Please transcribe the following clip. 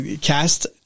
cast